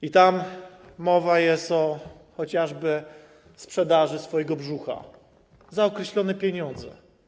I tam mowa jest chociażby o sprzedaży swojego brzucha za określone pieniądze.